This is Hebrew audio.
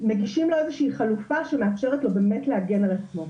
מגישים לו איזושהי חלופה שמאפשרת לו באמת להגן על עצמו.